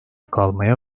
kalmaya